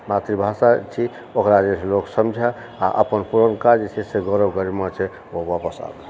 मातृभाषा छी ओकरा जे छै लोक समझऽ आ अपन पुरनका जे छै से गौरव गरिमा छै ओ वापस आबय